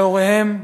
להוריהם,